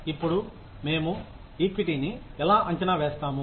ఇప్పుడు మేము ఈక్విటీని ఎలా అంచనా వేస్తాము